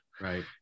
Right